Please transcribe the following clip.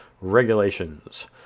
regulations